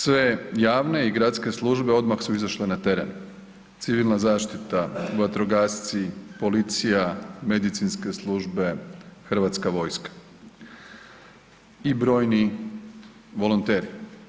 Sve javne i gradske službe odmah su izašle na teren, civilna zaštita, vatrogasci, policija, medicinske službe, hrvatska vojska i brojni volonteri.